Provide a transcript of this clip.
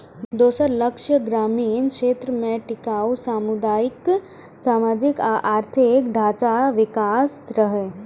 दोसर लक्ष्य ग्रामीण क्षेत्र मे टिकाउ सामुदायिक, सामाजिक आ आर्थिक ढांचाक विकास रहै